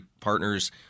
partners